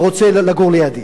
ורוצה לגור לידי.